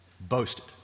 boasted